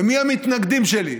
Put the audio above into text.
ומי המתנגדים שלי?